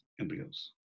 embryos